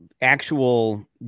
actual